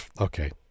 okay